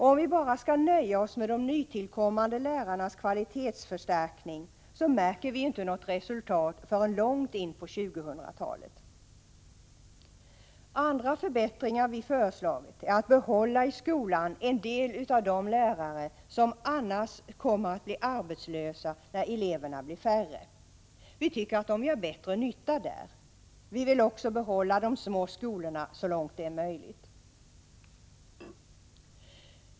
Om vi bara skall nöja oss med de nytillkommande lärarnas kvalitetsförstärkning, märker vi ju inte något resultat förrän långt in på tjugohundratalet. Andra förbättringar vi föreslagit är att i skolan behålla en del av de lärare som annars kommer att bli arbetslösa när eleverna blir färre. Vi tycker de gör bättre nytta där. Vi vill också behålla de små skolorna så långt det är möjligt.